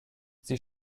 sie